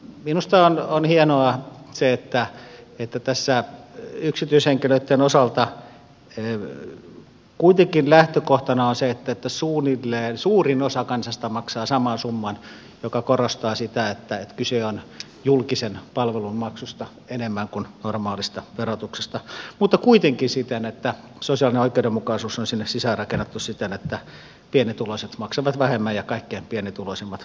minusta on hienoa että yksityishenkilöitten osalta lähtökohtana kuitenkin on se että suunnilleen suurin osa kansasta maksaa saman summan mikä korostaa sitä että kyse on julkisen palvelun maksusta enemmän kuin normaalista verotuksesta mutta kuitenkin siten että sosiaalinen oikeudenmukaisuus on sinne sisään rakennettu siten että pienituloiset maksavat vähemmän ja kaikkein pienituloisimmat vapautetaan kokonaan